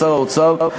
לשר האוצר,